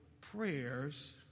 prayers